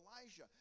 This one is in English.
Elijah